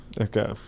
Okay